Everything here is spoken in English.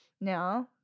now